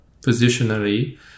positionally